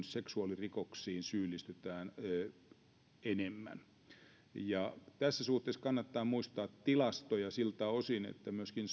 seksuaalirikoksiin syyllistytään enemmän tässä suhteessa kannattaa muistaa tilastoja siltä osin että myöskin